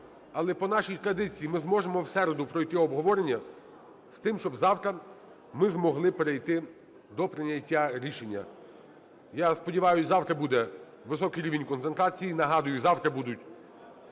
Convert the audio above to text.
Але по нашій традиції ми зможемо в середу пройти обговорення з тим, щоб завтра ми змогли перейти до прийняття рішення. Я сподіваюся, завтра буде високий рівень концентрації. Нагадую, завтра будуть